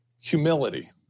humility